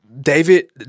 David